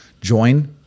join